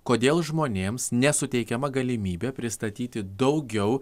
kodėl žmonėms nesuteikiama galimybė pristatyti daugiau